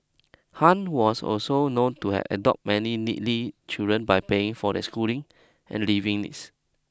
Han was also known to have adopt many needly children by paying for their schooling and living needs